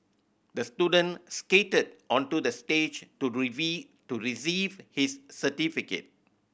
the student skated onto the stage to to receive his certificate